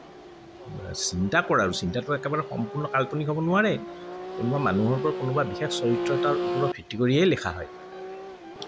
চিন্তা কৰা আৰু চিন্তাটো একেবাৰে সম্পূৰ্ণ কাল্পনিক হ'ব নোৱাৰে কোনোবা মানুহৰ পৰা কোনোবা বিশেষ চৰিত্ৰ এটাৰ ওপৰত ভিত্তি কৰিয়েই লিখা হয়